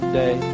day